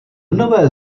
nové